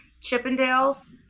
Chippendale's